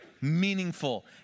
meaningful